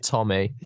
Tommy